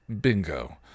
Bingo